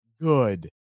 good